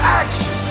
action